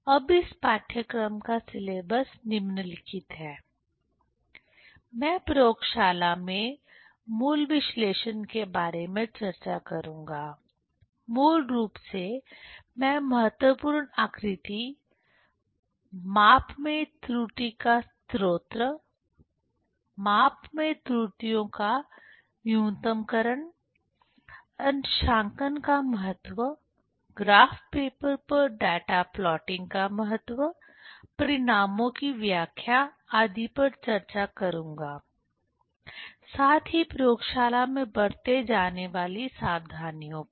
अब इस पाठ्यक्रम का सिलेबस निम्नलिखित हैं मैं प्रयोगशाला में मूल विश्लेषण के बारे में चर्चा करूंगा मूल रूप से मैं महत्वपूर्ण आकृति माप में त्रुटि का स्रोत माप में त्रुटियों का न्यूनतमकरण अंशांकन का महत्व ग्राफ पेपर पर डेटा प्लॉटिंग का महत्व परिणामों की व्याख्या आदि पर चर्चा करूंगा साथ ही प्रयोगशाला में बरते जाने वाली सावधानियों पर